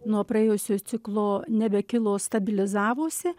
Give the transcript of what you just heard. nuo praėjusio ciklo nebekilo stabilizavosi